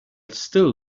still